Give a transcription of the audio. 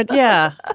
but yeah. ah